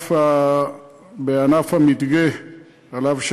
בענף המדגה שעליו שאלת,